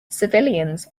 civilians